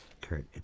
Kurt